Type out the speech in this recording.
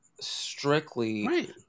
strictly